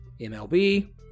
mlb